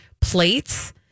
plates